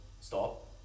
stop